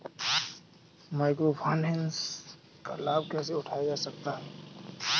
Micro finance का लाभ कैसे उठाया जा सकता है?